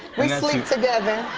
we sleep together.